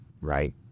right